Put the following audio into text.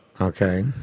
Okay